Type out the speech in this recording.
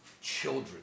children